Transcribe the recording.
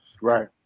Right